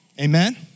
Amen